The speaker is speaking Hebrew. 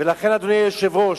אדוני היושב-ראש,